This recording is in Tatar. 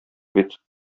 бит